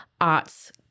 arts